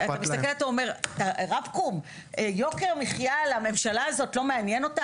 במובן הזה אתה מסתכל ואתה אומר: יוקר המחיה לא מעניין את הממשלה הזאת?